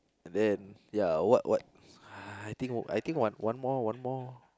then ya what what ah I think I think one more one more